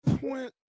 point